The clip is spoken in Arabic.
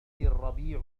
الربيع